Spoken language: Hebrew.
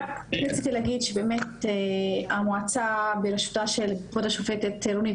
רק רציתי להגיד שבאמת המועצה בראשותה של כבוד השופטת רונית